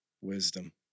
wisdom